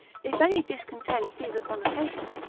if any discontent seize upon a patient,